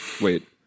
Wait